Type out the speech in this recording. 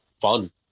fun